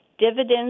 Dividends